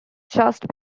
just